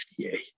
FDA